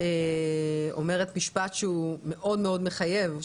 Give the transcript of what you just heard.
אומרת משפט שהוא מאוד מאוד מחייב,